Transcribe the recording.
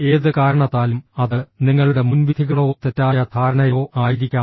ഏത് കാരണത്താലും അത് നിങ്ങളുടെ മുൻവിധികളോ തെറ്റായ ധാരണയോ ആയിരിക്കാം